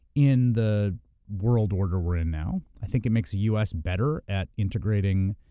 in the world order we're in now. i think it makes us better at integrating,